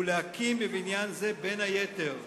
ולהקים בו, בין היתר,